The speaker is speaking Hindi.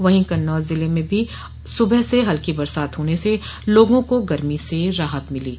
वहीं कन्नौज जिले में भी सुबह से हल्की बरसात होने से लोगों को गरमी से राहत मिली है